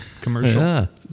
commercial